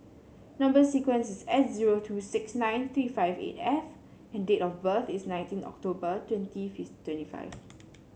number sequence is S zero two six nine three five eight F and date of birth is nineteen October twenty twenty five